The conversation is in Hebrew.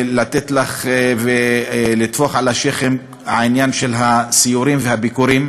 לתת לך ולטפוח על השכם בעניין של הסיורים והביקורים.